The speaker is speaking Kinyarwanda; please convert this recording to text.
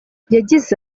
yagize